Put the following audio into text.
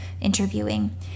interviewing